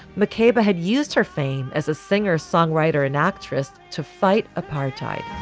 mccabe had used her fame as a singer, songwriter and actress to fight apartheid